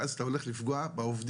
ואז אתה הולך לפגוע בעובדים.